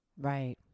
right